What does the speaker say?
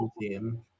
team